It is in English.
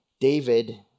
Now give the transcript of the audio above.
David